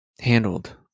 Handled